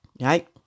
Right